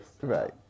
Right